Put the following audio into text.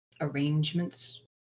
arrangements